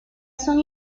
son